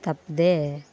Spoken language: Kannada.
ತಪ್ಪದೇ